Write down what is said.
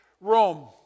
Rome